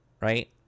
right